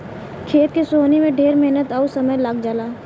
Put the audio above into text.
खेत के सोहनी में ढेर मेहनत अउर समय लाग जला